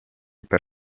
per